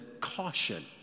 caution